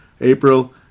April